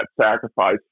sacrifice